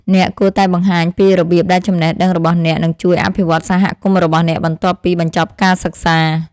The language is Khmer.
អ្នកគួរតែបង្ហាញពីរបៀបដែលចំណេះដឹងរបស់អ្នកនឹងជួយអភិវឌ្ឍសហគមន៍របស់អ្នកបន្ទាប់ពីបញ្ចប់ការសិក្សា។